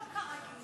לא כרגיל.